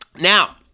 Now